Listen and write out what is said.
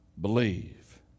believe